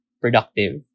productive